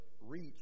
reach